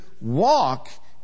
walk